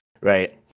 right